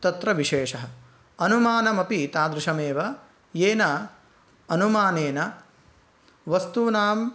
तत्र विशेषः अनुमानमपि तादृशमेव येन अनुमानेन वस्तूनाम्